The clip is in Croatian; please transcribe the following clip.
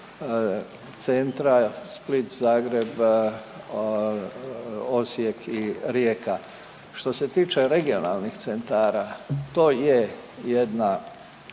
centra Split, Zagreb, Osijek i Rijeka. Što se tiče regionalnih centara to je jedna